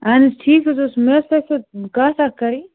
اَہن حظ ٹھیٖک حظ اوس مےٚ ٲس تۄہہِ سۭتۍ کَتھ اَکھ کَرٕنۍ